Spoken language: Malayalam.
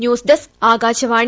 news desk Akashvani